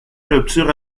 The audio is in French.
rupture